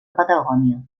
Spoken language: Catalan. patagònia